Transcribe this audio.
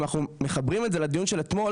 אם אנחנו מחברים את זה לדיון של אתמול,